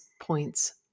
points